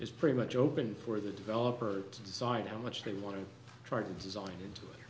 is pretty much open for the developer to decide how much they want to try to design